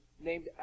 named